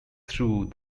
through